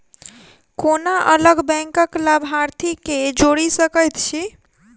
कोना अलग बैंकक लाभार्थी केँ जोड़ी सकैत छी?